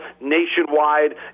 nationwide